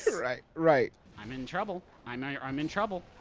right, right. i'm in trouble. i'm in trouble.